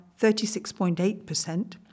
36.8%